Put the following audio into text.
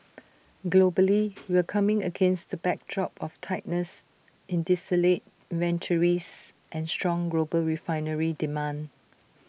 globally we're coming against the backdrop of tightness in distillate inventories and strong global refinery demand